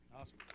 Awesome